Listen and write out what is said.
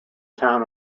town